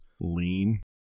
lean